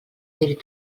dir